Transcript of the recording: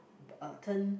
uh turn